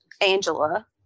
Angela